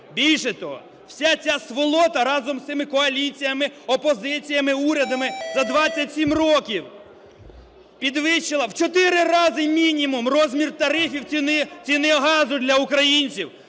Більше того, вся ця сволота разом з цими коаліціями, опозиціями, урядами за 27 років підвищила в 4 рази мінімум розмір тарифів, ціни газу для українців,